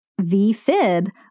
VFib